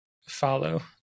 follow